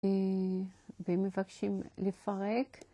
ומבקשים לפרק.